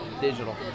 digital